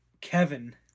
Kevin